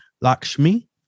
Lakshmi